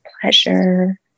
pleasure